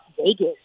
Vegas